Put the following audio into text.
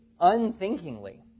Unthinkingly